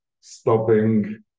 stopping